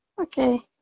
Okay